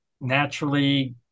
naturally